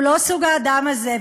הוא לא סוג האדם הזה,